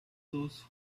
those